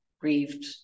grieved